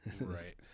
Right